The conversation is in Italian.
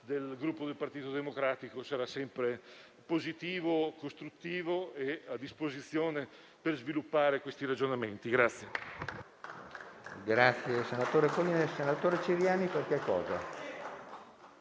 del Gruppo Partito Democratico sarà sempre positivo, costruttivo e a disposizione per sviluppare ragionamenti di